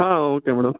ah okay madam